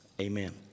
Amen